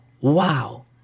Wow